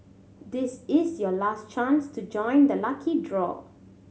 this is your last chance to join the lucky draw